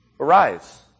arise